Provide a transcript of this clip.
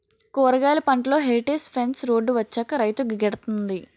కూరగాయలు పంటలో heritage fence road వచ్చాక రైతుకు గిడతంది